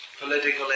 political